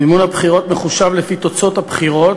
מימון הבחירות מחושב לפי תוצאות הבחירות,